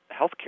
healthcare